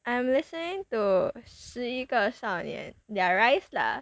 I'm listening to 十一个少年 their Rise lah